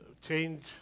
change